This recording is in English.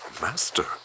Master